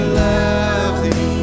lovely